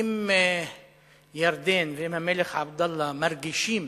אם ירדן ואם המלך עבדאללה מרגישים